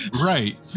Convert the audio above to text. Right